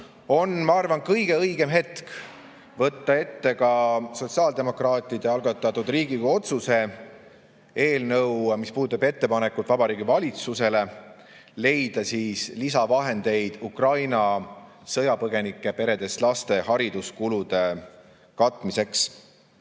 on, ma arvan, kõige õigem hetk võtta ette ka sotsiaaldemokraatide algatatud Riigikogu otsuse eelnõu, mis puudutab ettepanekut Vabariigi Valitsusele leida lisavahendeid Ukraina sõjapõgenike peredest [pärit] laste hariduskulude katmiseks.